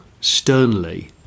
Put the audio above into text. sternly